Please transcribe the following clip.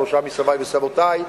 שלושה מסבי וסבותי,